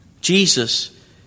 Jesus